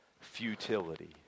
futility